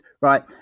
right